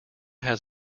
had